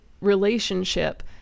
relationship